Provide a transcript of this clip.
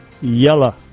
Yellow